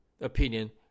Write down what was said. opinion